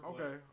Okay